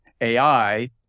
AI